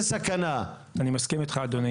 אני מסכים אתך אדוני.